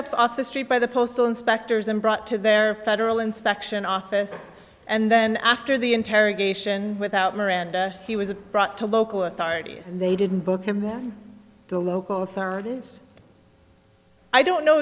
up off the street by the postal inspectors and brought to their federal inspection office and then after the interrogation without miranda he was brought to local authorities they didn't book him the local authorities i don't know